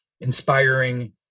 inspiring